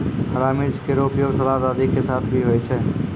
हरा मिर्च केरो उपयोग सलाद आदि के साथ भी होय छै